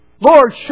Lord